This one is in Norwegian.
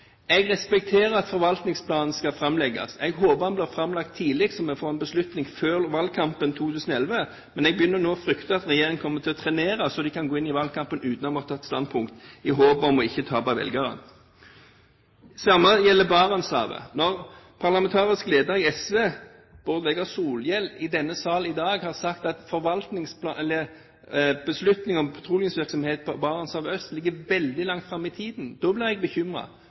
Jeg respekterer at forvaltningsplanen skal framlegges. Jeg håper den blir framlagt tidlig, så vi får en beslutning før valgkampen 2011, men jeg begynner nå å frykte at regjeringen kommer til å trenere saken, så de kan gå inn i valgkampen uten å ha tatt standpunkt, i håp om ikke å tape velgere. Det samme gjelder Barentshavet. Når parlamentarisk leder i SV, Bård Vegar Solhjell, i denne sal i dag har sagt at beslutning om petroleumsvirksomhet i Barentshavet øst ligger veldig langt fram i tiden, blir jeg